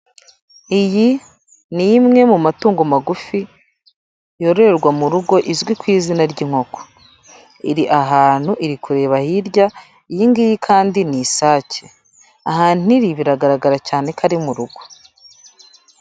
Iyi ni imwe mu matungo magufi, yororerwa mu rugo izwi ku izina ry'inkoko, iri ahantu iri kureba hirya iyi ngiyi kandi ni isake, ahantu iri biragaragara cyane ko ari mu rugo.